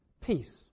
peace